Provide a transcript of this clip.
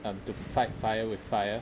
um to fight fire with fire